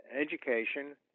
education